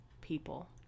people